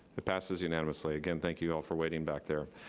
it passes unanimously. again, thank you all for waiting back there.